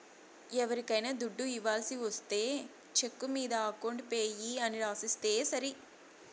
ఎవరికైనా దుడ్డు ఇవ్వాల్సి ఒస్తే చెక్కు మీద అకౌంట్ పేయీ అని రాసిస్తే సరి